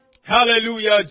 Hallelujah